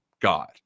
God